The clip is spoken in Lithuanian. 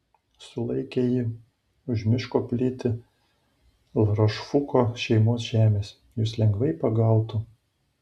sulaikė ji už miško plyti larošfuko šeimos žemės jus lengvai pagautų